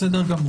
בסדר גמור.